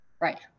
Right